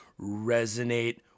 resonate